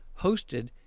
hosted